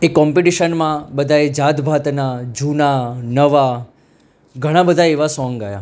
એ કોમ્પિટિશનમાં બધા જાત ભાતના જુના નવા ઘણા બધા એવા સોન્ગ ગાયા